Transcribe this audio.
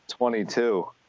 22